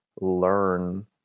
learn